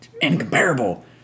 incomparable